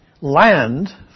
Land